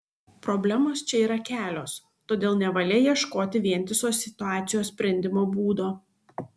problemos čia yra kelios todėl nevalia ieškoti vientiso situacijos sprendimo būdo